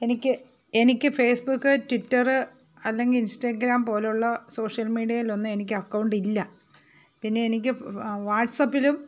എനിക്ക് എനിക്ക് Facebook Twitter അല്ലെങ്കിൽ ഇൻസ്റ്റാഗ്രാം പോലെയുള്ള സോഷ്യൽ മീഡിയയിലൊന്നും എനിക്ക് അക്കൗണ്ടില്ല പിന്നെ എനിക്ക് വാട്സപ്പിലും